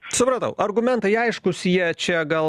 supratau argumentai aiškūs jie čia gal